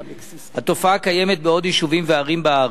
התופעה קיימת בעוד יישובים וערים בארץ.